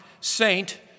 saint